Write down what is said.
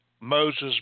Moses